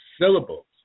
syllables